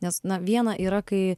nes na viena yra kai